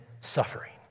suffering